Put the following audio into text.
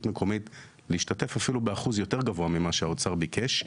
מקומית להשתתף אפילו באחוז יותר גבוה ממה שהאוצר ביקש,